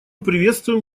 приветствуем